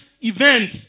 event